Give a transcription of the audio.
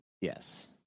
Yes